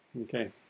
Okay